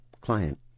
Client